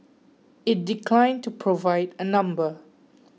it declined to provide a number